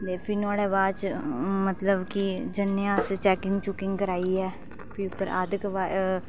ते फ्ही नुआढ़े बाच मतलब कि जन्ने आं अस चैकिंग चुकिंग कराइयै फ्ही उप्पर अद्ध कुवारी